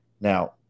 Now